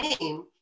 name